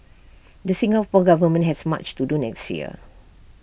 the Singapore Government has much to do next year